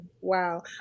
Wow